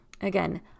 again